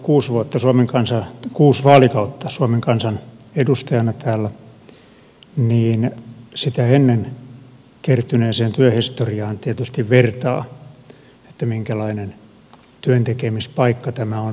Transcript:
kun olen saanut olla kuusi vaalikautta suomen kansan edustajana täällä niin sitä ennen kertyneeseen työhistoriaan tietysti vertaa että minkälainen työntekemispaikka tämä on luottamushenkilölle